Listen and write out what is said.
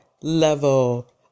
level